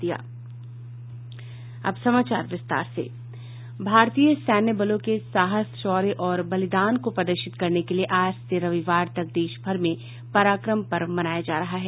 भारतीय सैन्य बलों के साहस शौर्य और बलिदान को प्रदर्शित करने के लिए आज से रविवार तक देश भर में पराक्रम पर्व मनाया जा रहा है